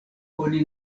oni